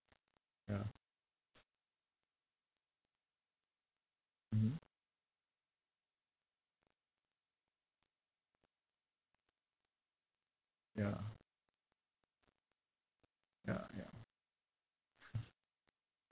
ya mmhmm ya ya ya